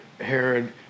Herod